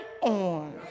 on